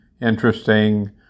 Interesting